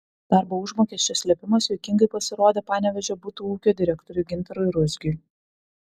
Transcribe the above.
darbo užmokesčio slėpimas juokingai pasirodė panevėžio butų ūkio direktoriui gintarui ruzgiui